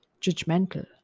judgmental